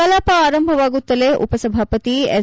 ಕಲಾಪ ಆರಂಭವಾಗುತ್ತಲೇ ಉಪ ಸಭಾಪತಿ ಎಸ್